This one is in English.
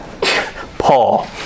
Paul